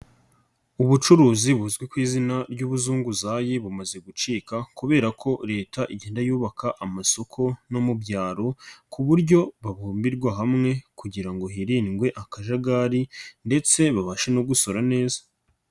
Ubucuruzi buzwi ku izina ry'ubuzunguzayi bumaze gucika kubera ko Leta igenda yubaka amasoko no mu byaro ku buryo babumbirwa hamwe kugira ngo hirindwe akajagari ndetse babashe no gusora neza.